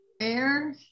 air